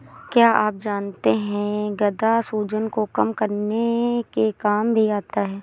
क्या आप जानते है गदा सूजन को कम करने के काम भी आता है?